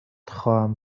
خواهم